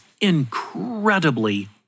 incredibly